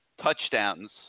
touchdowns